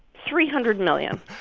three hundred million